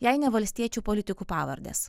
jei ne valstiečių politikų pavardės